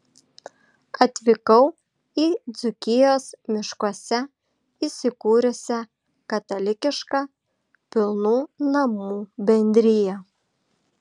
atvykau į dzūkijos miškuose įsikūrusią katalikišką pilnų namų bendriją